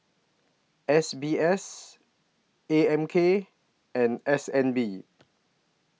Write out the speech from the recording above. S B S A M K and S N B